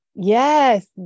Yes